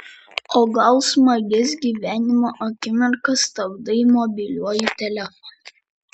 o gal smagias gyvenimo akimirkas stabdai mobiliuoju telefonu